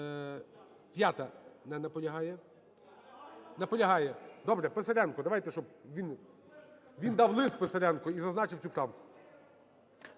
595-а. Не наполягає. Наполягає. Добре, Писаренко. Давайте, щоб… Він дав лист Писаренко і зазначив цю правку.